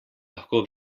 lahko